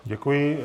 Děkuji.